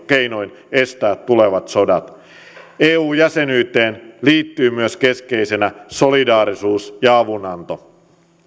keinoin estää tulevat sodat eu jäsenyyteen liittyy myös keskeisenä solidaarisuus ja avunanto